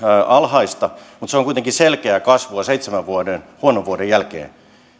alhaista mutta se on kuitenkin selkeää kasvua seitsemän huonon vuoden jälkeen